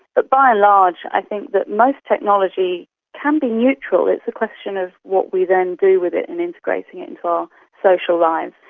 but by and large i think that most technology can be neutral, it's a question of what we then do with it in integrating it into our social lives.